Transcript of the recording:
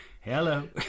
hello